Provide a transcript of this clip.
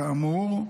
כאמור,